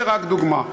זו רק דוגמה.